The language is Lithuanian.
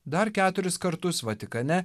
dar keturis kartus vatikane